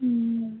হুম